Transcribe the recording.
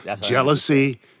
jealousy